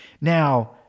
Now